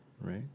right